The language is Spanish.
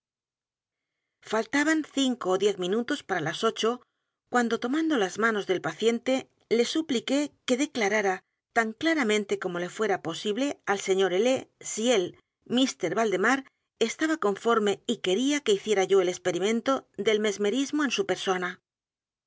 faltaban cinco ó diez minutos p a r a las ocho cuando tomando las manos del paciente le supliqué que declarara tan claramente como le fuera posible al señor l si él mr valdemar estaba conforme y quería que hiciera yo el experimento del mesmerismo en su persona